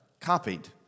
copied